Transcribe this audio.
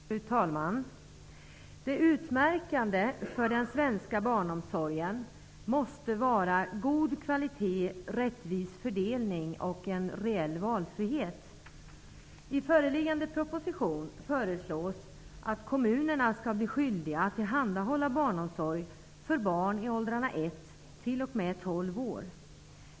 Fru talman! Det utmärkande för den svenska barnomsorgen måste vara god kvalitet, rättvis fördelning och en reell valfrihet. I föreliggande proposition föreslås att kommunerna skall bli skyldiga att tillhandahålla barnomsorg för barn i åldrarna ett till tolv år.